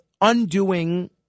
undoing